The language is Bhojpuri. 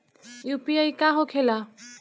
यू.पी.आई का होखेला?